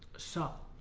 sup